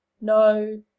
No